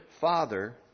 father